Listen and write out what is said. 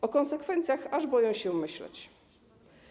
O konsekwencjach aż boję się myśleć.